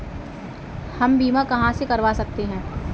हम बीमा कहां से करवा सकते हैं?